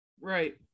Right